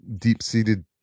deep-seated